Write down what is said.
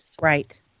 Right